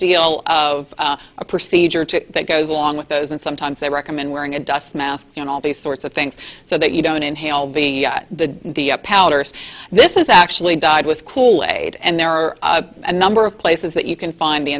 deal of a procedure to that goes along with those and sometimes they recommend wearing a dust mask and all these sorts of things so that you don't inhale the powders this is actually died with kool aid and there are a number of places that you can find the